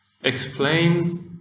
explains